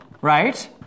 Right